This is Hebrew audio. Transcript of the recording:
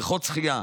בריכות שחייה,